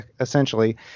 essentially